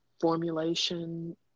formulation